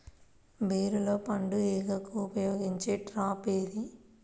బీరలో పండు ఈగకు ఉపయోగించే ట్రాప్ ఏది?